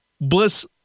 Bliss